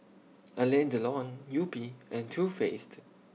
Alain Delon Yupi and Too Faced